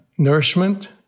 Nourishment